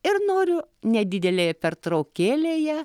ir noriu nedidelėje pertraukėlėje